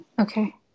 okay